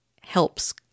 helps